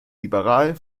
liberal